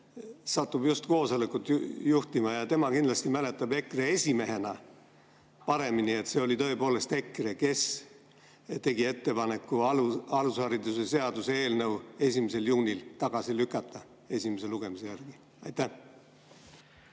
sattus just koosolekut juhtima ja tema kindlasti mäletab EKRE esimehena paremini, et see oli tõepoolest EKRE, kes tegi ettepaneku alushariduse seaduse eelnõu 1. juunil tagasi lükata esimese lugemise järel. Aitäh!